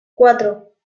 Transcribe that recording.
cuatro